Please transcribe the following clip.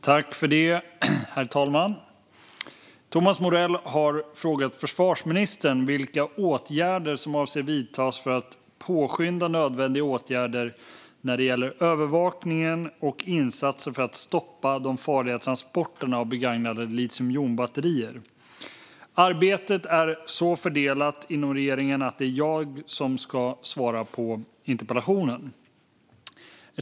Herr talman! Thomas Morell har frågat försvarsministern vilka åtgärder som avses vidtas för att påskynda nödvändiga åtgärder när det gäller övervakningen av och insatser för att stoppa de farliga transporterna av begagnade litiumjonbatterier. Arbetet inom regeringen är så fördelat att det är jag som ska svara på interpellationen.